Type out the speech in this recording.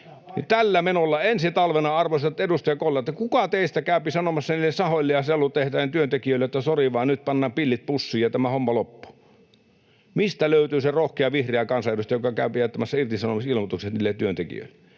tällä menolla ensi talvena, arvoisat edustajakollegat, kuka teistä käypi sanomassa sahojen ja sellutehtaiden työntekijöille, että sori vaan, nyt pannaan pillit pussiin ja tämä homma loppuu. Mistä löytyy se rohkea vihreä kansanedustaja, joka käypi jättämässä irtisanomisilmoitukset niille työntekijöille?